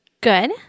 good